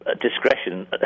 discretion